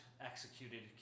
executed